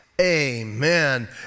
Amen